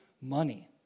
money